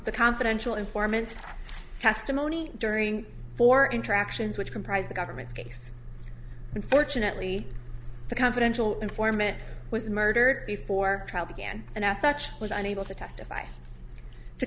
the confidential informants testimony during four interactions which comprise the government's case unfortunately the confidential informant was murdered before trial began and as such was unable to testify to